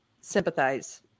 sympathize